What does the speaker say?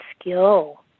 skill